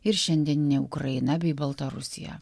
ir šiandieninė ukraina bei baltarusija